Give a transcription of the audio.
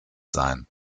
sein